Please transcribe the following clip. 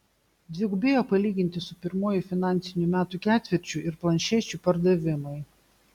dvigubėjo palyginti su pirmuoju finansinių metų ketvirčiu ir planšečių pardavimai